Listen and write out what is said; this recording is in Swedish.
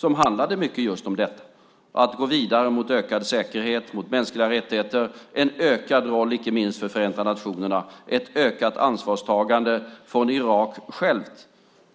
Det handlade mycket om att gå vidare mot ökad säkerhet, mänskliga rättigheter och en ökad roll för inte minst Förenta nationerna, ett ökat ansvarstagande från Irak självt